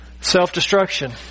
Self-destruction